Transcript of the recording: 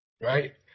right